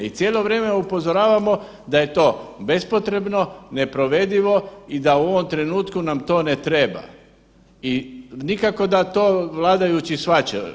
I cijelo vrijeme upozoravamo da je to bespotrebno, neprovedivo i da nam u ovom trenutku to ne treba i nikako da to vladajući shvaćaju.